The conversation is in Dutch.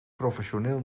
professioneel